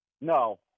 No